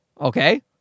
Okay